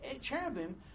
cherubim